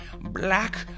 black